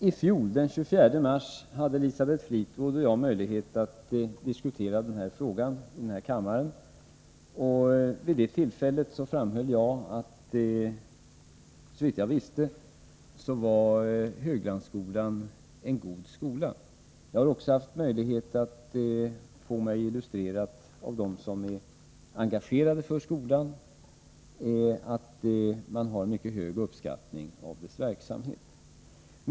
Herr talman! Den 24 mars i fjol hade Elisabeth Fleetwood och jag möjlighet att diskutera den här frågan i denna kammare. Vid det tillfället framhöll jag att Höglandsskolan, såvitt jag visste, var en god skola. Jag har också haft möjlighet att få veta av dem som är engagerade för skolan att man mycket uppskattar skolans verksamhet.